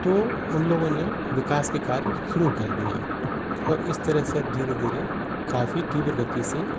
तो उन लोगों ने विकास के कार्य शुरू कर दिए और इस तरह से अब धीरे धीरे काफ़ी तीव्र गति से